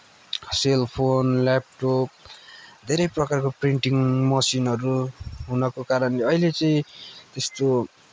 cellphone laptop धेरै प्रकारको printing मसिनहरू हुनाको कारणले अहिले चाहिँ त्यस्तो